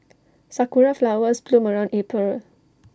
Sakura Flowers bloom around April